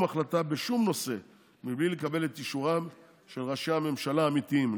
החלטה בשום נושא מבלי לקבל את אישורם של ראשי הממשלה האמיתיים,